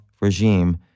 regime